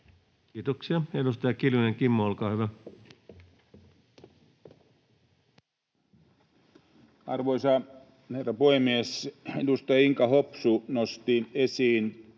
Kiitoksia. — Edustaja Kiljunen, Kimmo, olkaa hyvä. Arvoisa herra puhemies! Edustaja Inka Hopsu nosti esiin